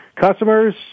Customers